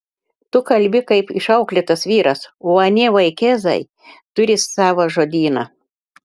tu kalbi kaip išauklėtas vyras o anie vaikėzai turi savą žodyną